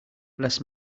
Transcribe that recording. bless